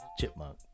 Chipmunk